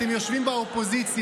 אתם יושבים באופוזיציה,